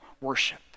worship